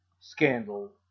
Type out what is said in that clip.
Scandal